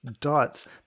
dots